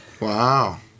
Wow